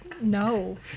No